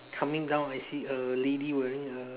coming down I see a lady wearing a